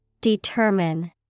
Determine